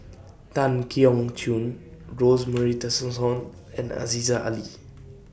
Tan Keong Choon Rosemary Tessensohn and Aziza Ali